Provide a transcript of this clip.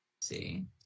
see